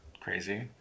crazy